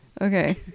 okay